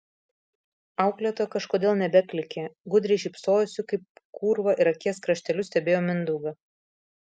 auklėtoja kažkodėl nebeklykė gudriai šypsojosi kaip kūrva ir akies krašteliu stebėjo mindaugą